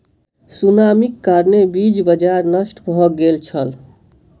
सुनामीक कारणेँ बीज बाजार नष्ट भ गेल छल